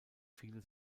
viele